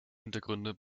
hintergründe